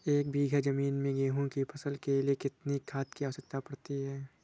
एक बीघा ज़मीन में गेहूँ की फसल के लिए कितनी खाद की आवश्यकता पड़ती है?